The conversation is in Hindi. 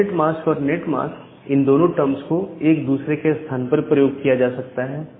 सबनेट मास्क और नेट मास्क इन दोनों टर्म्स को एक दूसरे के स्थान पर प्रयोग किया जा सकता है